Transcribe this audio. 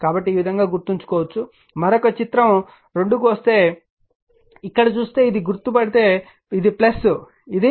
కాబట్టి ఈ విధంగా గుర్తుంచుకోవచ్చు మరొక చిత్రం 2కి వస్తే ఇక్కడ చూస్తే ఇది గుర్తు పెడితే ఇది ఇది